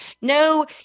no